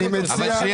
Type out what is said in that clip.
אני מסכים